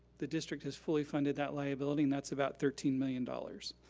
the district has fully funded that liability and that's about thirteen million dollars.